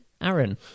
Aaron